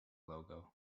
logo